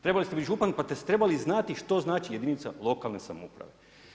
Trebali ste biti župan pa bi trebali znati što znači jedinica lokalne samouprave.